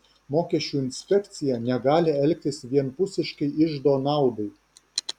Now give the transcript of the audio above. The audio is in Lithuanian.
mokesčių inspekcija negali elgtis vienpusiškai iždo naudai